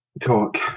Talk